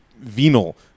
venal